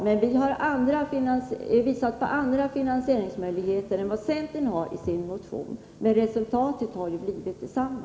Men vi visade alltså en annan finansieringsväg än centern gjorde i sin motion. Resultatet har emellertid blivit detsamma.